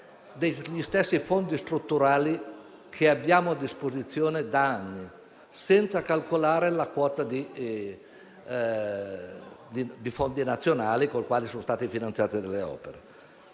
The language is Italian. relazione ai fondi strutturali che abbiamo a disposizione da anni e senza calcolare la quota di fondi nazionali con cui sono state finanziate delle opere.